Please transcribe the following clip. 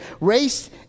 race